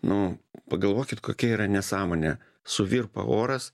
nu pagalvokit kokia yra nesąmonė suvirpa oras